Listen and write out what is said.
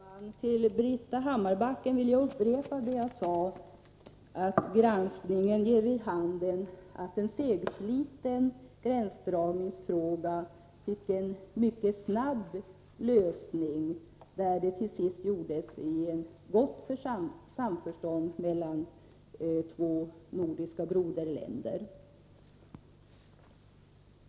Fru talman! Till Britta Hammarbacken vill jag upprepa vad jag sade, att granskningen ger vid handen att en segsliten gränsdragningsfråga till sist fick en mycket snabb lösning, i gott samförstånd mellan två nordiska broderländer.